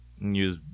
Use